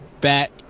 back